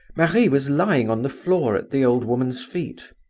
marie was lying on the floor at the old woman's feet,